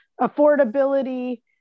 affordability